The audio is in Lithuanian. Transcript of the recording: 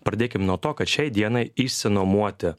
pradėkim nuo to kad šiai dienai išsinuomoti